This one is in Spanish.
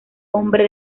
hombre